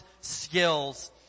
skills